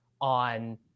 on